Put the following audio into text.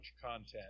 content